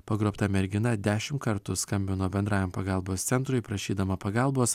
pagrobta mergina dešimt kartų skambino bendrajam pagalbos centrui prašydama pagalbos